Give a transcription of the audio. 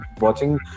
watching